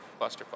clusterfuck